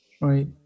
right